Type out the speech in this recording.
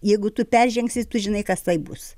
jeigu tu peržengsi tu žinai kas tai bus